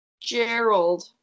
Gerald